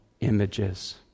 images